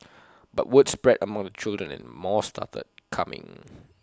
but word spread among the children and more started coming